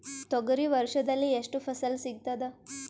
ತೊಗರಿ ವರ್ಷದಲ್ಲಿ ಎಷ್ಟು ಫಸಲ ಸಿಗತದ?